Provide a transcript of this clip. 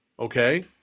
Okay